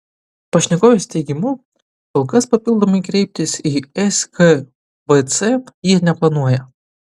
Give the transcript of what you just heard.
pašnekovės teigimu kol kas papildomai kreiptis į skvc jie neplanuoja